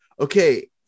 okay